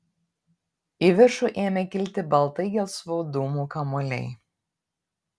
į viršų ėmė kilti baltai gelsvų dūmų kamuoliai